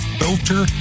filter